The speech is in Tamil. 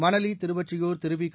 மணலி திருவொற்றியூர் திருவிக